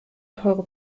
teure